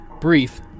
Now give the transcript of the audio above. brief